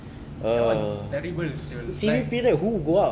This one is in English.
that [one] terrible [siol] like